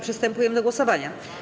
Przystępujemy do głosowania.